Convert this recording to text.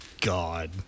God